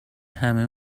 همه